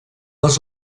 els